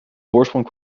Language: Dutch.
voorsprong